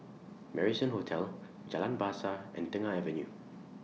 Marrison Hotel Jalan Bahasa and Tengah Avenue